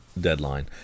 deadline